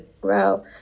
grow